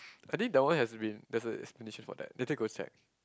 I think the one has been there's furniture for that later go check